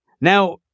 Now